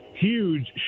huge